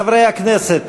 חברי הכנסת,